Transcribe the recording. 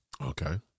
Okay